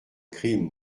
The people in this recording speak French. crime